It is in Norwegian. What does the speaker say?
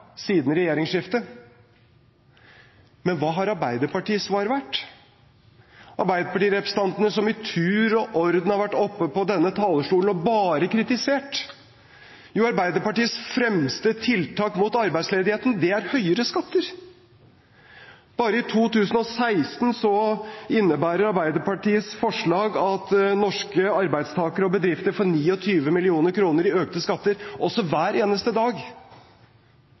siden regjeringsskiftet. Men hva har Arbeiderpartiets svar vært, Arbeiderparti-representantene som i tur og orden har vært oppe på talerstolen og bare kritisert? Jo, Arbeiderpartiets fremste tiltak mot arbeidsledigheten er høyere skatter. Bare i 2016 innebærer Arbeiderpartiets forslag at norske arbeidstakere og bedrifter får 29 mill. kr i økte skatter – hver eneste dag.